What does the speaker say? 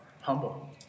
humble